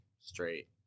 straight